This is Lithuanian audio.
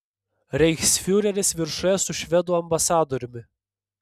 reichsfiureris viršuje su švedų ambasadoriumi